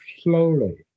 slowly